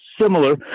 similar